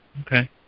Okay